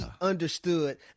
understood